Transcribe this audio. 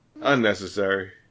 Unnecessary